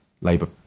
Labour